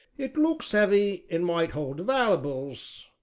it looks heavy and might hold valleybels,